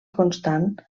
constant